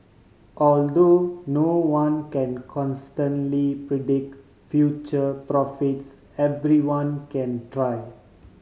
although no one can consistently predict future profits everyone can try